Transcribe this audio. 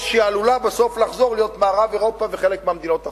או שהיא עלולה בסוף לחזור להיות מערב-אירופה וחלק מהמדינות האחרות.